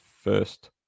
first